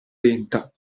lenta